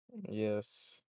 Yes